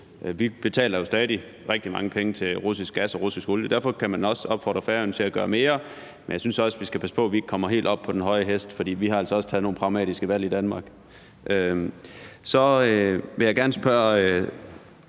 Vi betaler jo stadig rigtig mange penge for russisk gas og russisk olie. Man kan også opfordre Færøerne til at gøre mere, men jeg synes, vi skal passe på, at vi ikke kommer helt op på den høje hest, for vi har altså også taget nogle pragmatiske valg i Danmark. Så vil jeg gerne spørge